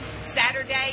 Saturday